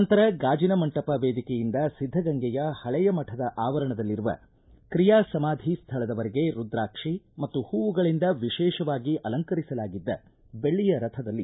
ನಂತರ ಗಾಜಿನ ಮಂಟಪ ವೇದಿಕೆಯಿಂದ ಸಿದ್ಧಗಂಗೆಯ ಹಳೆಯ ಮಠದ ಆವರಣದಲ್ಲಿರುವ ಕ್ರಿಯಾ ಸಮಾಧಿ ಸ್ಥಳದ ವರೆಗೆ ರುದ್ರಾಕ್ಷಿ ಮತ್ತು ಹೂವುಗಳಿಂದ ವಿಶೇಷವಾಗಿ ಅಲಂಕರಿಸಲಾಗಿದ್ದ ಬೆಳ್ಳಿಯ ರಥದಲ್ಲಿ